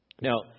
Now